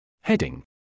Heading